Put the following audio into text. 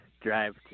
drive